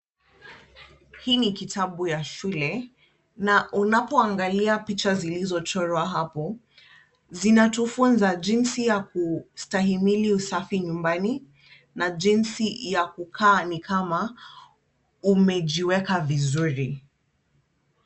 Hii ni kitabu ya shule na unapoangalia picha zilizochorwa hapo, zinatufunza jinsi ya kustahimili usafi nyumbani na jinsi ya kukaa ni kama umejiweka vizuri.